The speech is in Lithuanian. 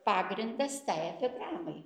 pagrindas tai epigramai